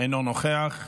אינו נוכח.